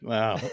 Wow